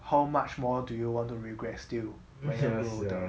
how much more do you want to regret still then 我就